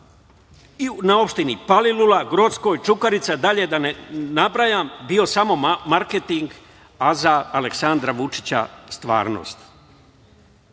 na opštini Palilula, Grockoj, Čukarici, da dalje ne nabrajam, bio samo marketing, a za Aleksandra Vučića stvarnost. Tako